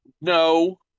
No